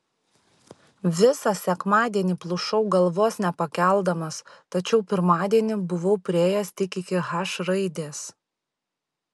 visą sekmadienį plušau galvos nepakeldamas tačiau pirmadienį buvau priėjęs tik iki h raidės